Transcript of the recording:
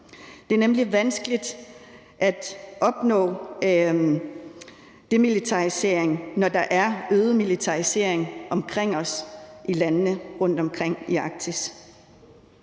Det er nemlig vanskeligt at opnå demilitarisering, når der er øget militarisering omkring os, i landene rundtomkring i Arktis.